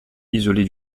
isolée